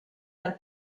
dal